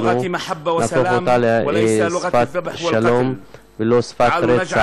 נהפוך אותה לשפת שלום ולא שפת רצח.